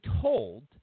told